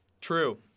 true